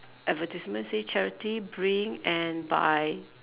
advertisement say charity bring and buy